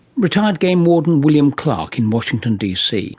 retired game warden william clark in washington dc